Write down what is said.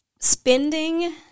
Spending